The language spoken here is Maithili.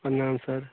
प्रणाम सर